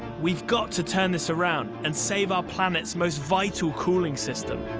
we've got to turn this around and save our planet's most vital cooling system.